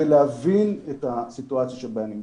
ולהבין את הסיטואציה שבה הם נמצאים.